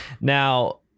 now